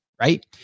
right